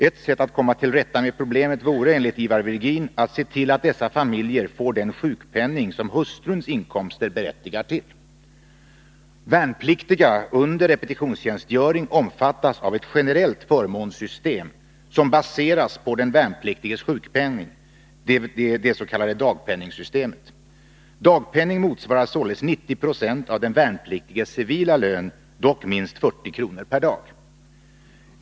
Ett sätt att komma till rätta med problemet vore, enligt Ivar Virgin, att se till att dessa familjer får den sjukpenning som hustruns inkomster berättigar till. Värnpliktiga under repetitionstjänstgöring omfattas av ett generellt förmånssystem som baseras på den värnpliktiges sjukpenning, det s.k. dagpenningsystemet. Dagpenning motsvarar således 90 96 av den värnpliktiges civila lön, dock minst 40 kr. per dag.